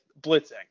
blitzing